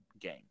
game